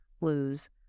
lose